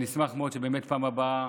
נשמח מאוד שבפעם הבאה,